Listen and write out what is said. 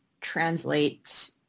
translate